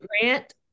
Grant